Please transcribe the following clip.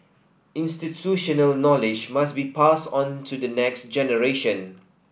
institutional knowledge must be passed on to the next generation